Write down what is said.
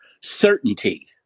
certainty